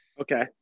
Okay